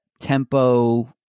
tempo